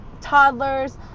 toddlers